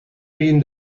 fin